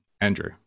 Andrew